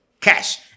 cash